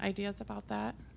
idea about that